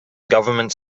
government